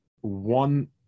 one